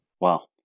Wow